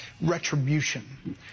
retribution